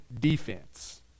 defense